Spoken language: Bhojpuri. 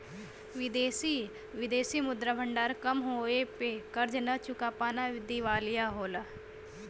विदेशी विदेशी मुद्रा भंडार कम होये पे कर्ज न चुका पाना दिवालिया होला